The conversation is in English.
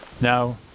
now